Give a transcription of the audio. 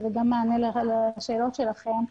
וזה גם במענה לשאלות שלכם,